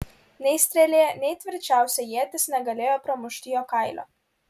nei strėlė nei tvirčiausia ietis negalėjo pramušti jo kailio